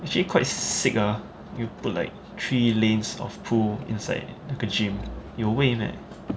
actually quite sick ah they have like three lanes of pool inside like a gym 有位 meh